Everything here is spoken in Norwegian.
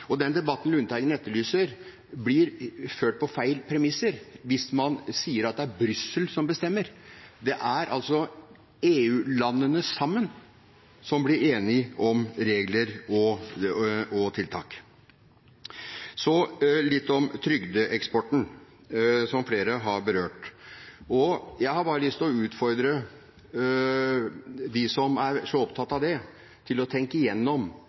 Den debatten Lundteigen etterlyser, blir ført på feil premisser hvis man sier at det er Brussel som bestemmer. Det er altså EU-landene sammen som blir enige om regler og tiltak. Så litt om trygdeeksporten, som flere har berørt. Jeg har bare lyst til å utfordre dem som er så opptatt av det, til å tenke igjennom